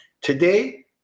Today